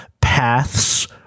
paths